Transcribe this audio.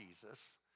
Jesus